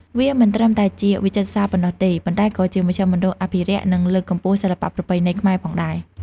វាមិនត្រឹមតែជាវិចិត្រសាលប៉ុណ្ណោះទេ ប៉ុន្តែក៏ជាមជ្ឈមណ្ឌលអភិរក្ស និងលើកកម្ពស់សិល្បៈប្រពៃណីខ្មែរផងដែរ។